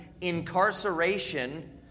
incarceration